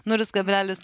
nulis kalblelis